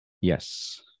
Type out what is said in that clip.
Yes